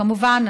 כמובן,